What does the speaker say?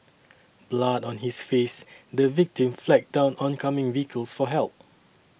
blood on his face the victim flagged down oncoming vehicles for help